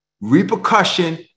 repercussion